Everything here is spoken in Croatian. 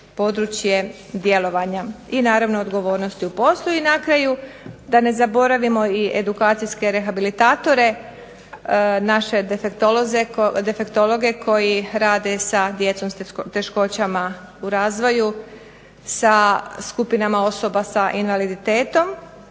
područje djelovanja i naravno odgovornosti u poslu. I na kraju da ne zaboravimo i edukacijske rehabilitatore, naše defektologe koji rade sa djecom s teškoćama u razvoju sa skupinama osoba s invaliditetom